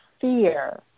fear